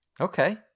Okay